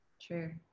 True